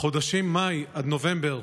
בחודשים מאי עד נובמבר